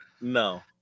No